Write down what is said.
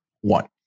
One